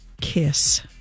kiss